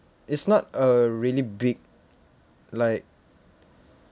it's not uh really big like